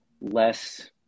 less